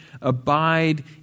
abide